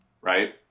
right